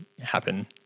happen